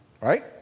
right